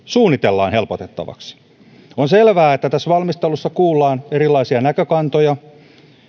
suunnitellaan helpotettavaksi on selvää että tässä valmistelussa kuullaan erilaisia näkökantoja